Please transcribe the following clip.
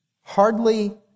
Hardly